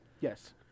Yes